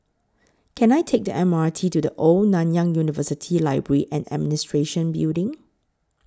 Can I Take The M R T to The Old Nanyang University Library and Administration Building